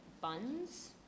buns